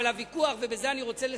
אבל הוויכוח, ובזה אני רוצה לסיים,